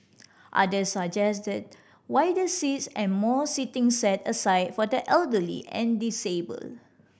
others suggested wider seats and more seating set aside for the elderly and disabled